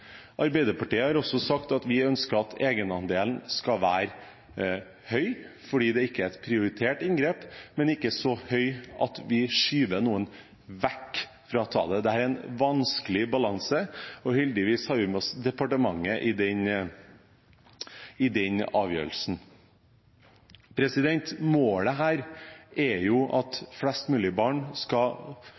Arbeiderpartiet har også sagt at vi ønsker at egenandelen skal være høy fordi dette ikke er et prioritert inngrep, men ikke så høy at vi skyver noen vekk. Dette er en vanskelig balanse, og heldigvis har vi med oss departementet i den avgjørelsen. Målet er at flest mulig barn skal